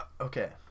Okay